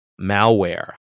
malware